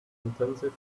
intensive